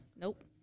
Nope